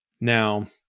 Now